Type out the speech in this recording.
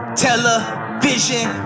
television